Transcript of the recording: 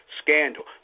scandal